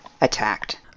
attacked